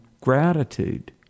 gratitude